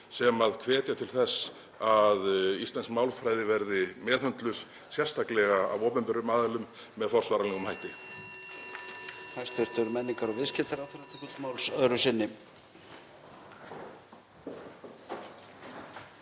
sem hvetja til þess að íslensk málfræði verði meðhöndluð sérstaklega af opinberum aðilum með forsvaranlegum hætti?